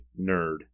Nerd